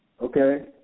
Okay